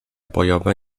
bojowe